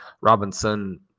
robinson